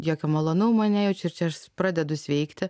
jokio malonumo nejaučiu ir čia aš pradedu sveikti